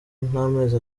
n’amezi